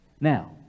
Now